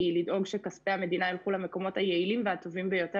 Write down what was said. היא לדאוג שכספי המדינה ילכו למקומות הטובים והיעילים ביותר,